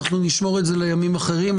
נשמור את זה לימים אחרים.